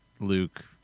Luke